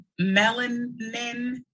melanin